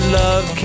love